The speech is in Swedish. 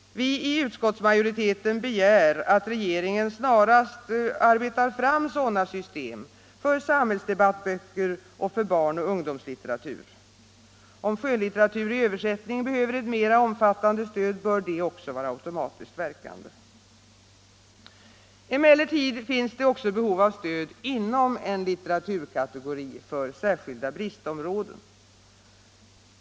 Vi i utskottsmajoriteten begär att regeringen snarast arbetar fram sådana system för samhällsdebattböcker och för barnoch ungdomslitteratur. Om skönlitteratur i översättning behöver ett mera omfattande stöd bör detta också vara automatiskt verkande. Emellertid finns det även behov av stöd inom en litteraturkategori för särskilda bristområden.